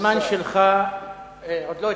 הזמן שלך עוד לא התחיל,